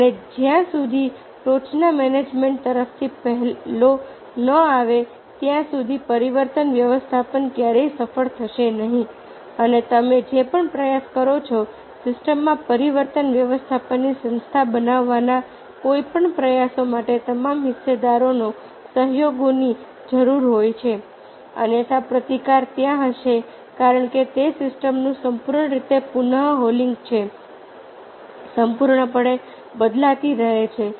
અને જ્યાં સુધી ટોચના મેનેજમેન્ટ તરફથી પહેલો ન આવે ત્યાં સુધી પરિવર્તન વ્યવસ્થાપન ક્યારેય સફળ થશે નહીં અને તમે જે પણ પ્રયાસો કરો છો સિસ્ટમમાં પરિવર્તન વ્યવસ્થાપનની સંસ્થા બનાવવાના કોઈપણ પ્રયાસો માટે તમામ હિસ્સેદારોના સહયોગની જરૂર હોય છે અન્યથા પ્રતિકાર ત્યાં હશે કારણ કે તે સિસ્ટમનું સંપૂર્ણ રીતે પુનઃ હૉલિંગ છે સંપૂર્ણ પણે બદલાતી રહે છે